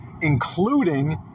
including